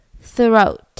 throat